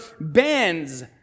bands